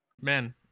Man